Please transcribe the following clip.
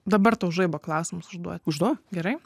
dabar tau žaibo klausimus užduot užduok gerai